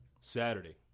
Saturday